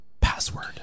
password